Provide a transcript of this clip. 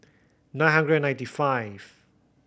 nine hundred and ninety five